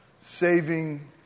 saving